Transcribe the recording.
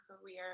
career